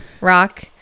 Rock